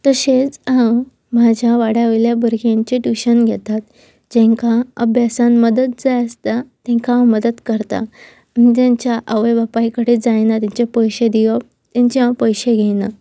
तशेंच हांव म्हाज्या वाड्या वयल्या भुरग्यांचे ट्युशन घेतात जेंकां अभ्यासान मदत जाय आसता तेंकां हांव मदत करता जेंच्या आवय बापाय कडेन जायना तेंचे पयशे दिवप तेंचे हांव पयशे घेयना